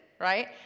right